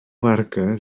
barca